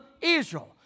Israel